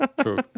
true